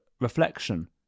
reflection